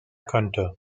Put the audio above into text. könnte